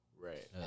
Right